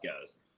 goes